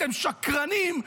אתם שקרנים,